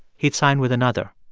he'd sign with another.